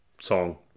song